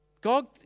God